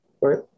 right